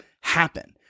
happen